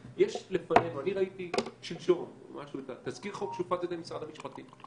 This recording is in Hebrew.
אבל יש לפנינו ואני ראיתי שלשום תזכיר חוק שהופק על-ידי משרד המשפטים.